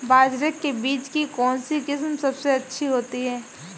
बाजरे के बीज की कौनसी किस्म सबसे अच्छी होती है?